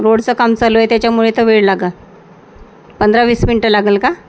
रोडचं काम चालू आहे त्याच्यामुळे तर वेळ लागंल पंधरा वीस मिनटं लागंल का